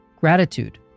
gratitude